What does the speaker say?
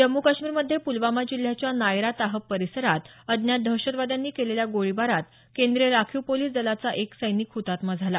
जम्मू काश्मीर मध्ये पूलवामा जिल्ह्याच्या नायरा ताहब परिसरात अज्ञात दहशतवाद्यांनी केलेल्या गोळी बारात केंद्रीय राखीव पोलिस दलाचा एक सैनिक हतात्मा झाला